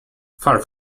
far